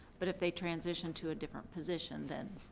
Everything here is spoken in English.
but if they transition to a different position, then,